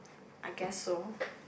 I guess so